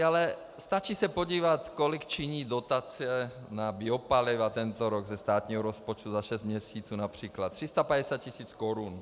Ale stačí se podívat, kolik činí dotace na biopaliva na tento rok, ze státního rozpočtu za šest měsíců například 350 tisíc korun.